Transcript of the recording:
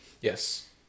yes